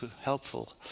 helpful